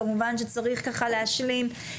כמובן שצריך להשלים,